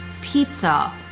pizza